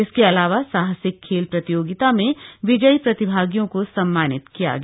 इसके अलावा साहसिक खेल प्रतियोगिता में विजयी प्रतिभागियों को सम्मानित किया गया